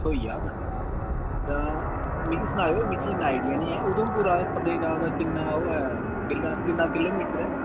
थ्होई जाह्ग ना तां ते मिगी सनायो मिगी इन्ना पता निं ऐ उधमपुर दा पत्नीटॉप किन्ना किलोमीटर ऐ